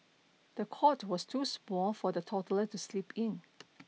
the cot was too small for the toddler to sleep in